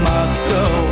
Moscow